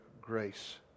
grace